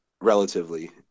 relatively